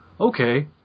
Okay